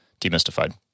demystified